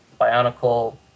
Bionicle